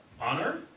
honor